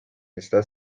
esta